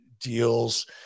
deals